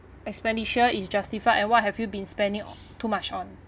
expenditure is justified and what have you been spending too much on